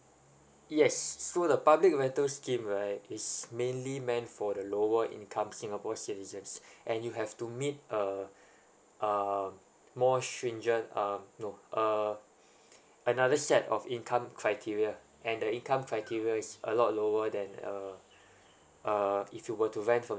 yes so the public rental scheme right is mainly meant for the lower income singapore citizens and you have to meet uh um more stringent um no uh another set of income criteria and the income criteria is a lot lower than uh uh if you were to rent from